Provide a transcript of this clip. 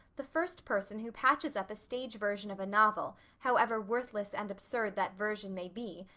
the first person who patches up a stage version of a novel, however worthless and absurd that version may be,